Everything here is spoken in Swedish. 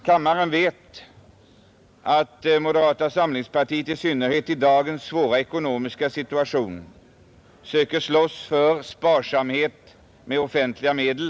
Kammarens ledamöter vet att moderata samlingspartiet, i synnerhet i dagens svåra ekonomiska situation, försöker slåss för sparsamhet med offentliga medel.